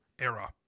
era